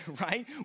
right